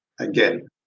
Again